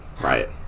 Right